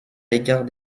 l’égard